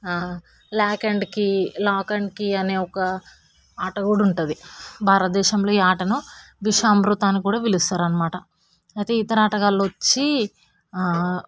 ఆ lock and key lock and key అనే ఒక ఆట కూడా ఉంటుంది భారతదేశంలో ఈ ఆటను బిసామృత అని కూడా పిలుస్తారన్నమాట అయితే ఇతర ఆటగాళ్ళు వచ్చి